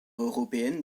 européenne